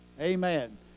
Amen